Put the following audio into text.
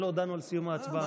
עוד לא הודענו על סיום ההצבעה.